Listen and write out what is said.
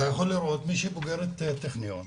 אפשר לראות בוגרת טכניון,